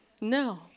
No